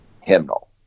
hymnal